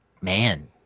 man